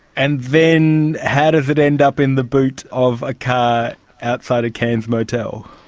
and then how does it end up in the boot of a car outside a cairns motel?